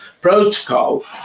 protocol